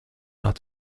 not